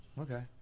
okay